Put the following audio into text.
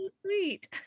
sweet